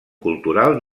cultural